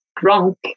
drunk